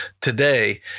today